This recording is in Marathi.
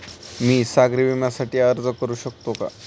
मी सागरी विम्यासाठी अर्ज करू शकते का?